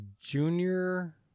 junior